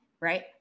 Right